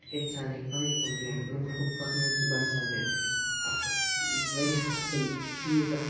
اِنسان ہیٚکہِ پَنٕںۍ کَمپٕلینٛٹ برونٛٹھ کُن پَکنٲوِتھ سُہ باسیٛو مےٚ اَکھ واریاہ اَصٕل چیٖز اَکھ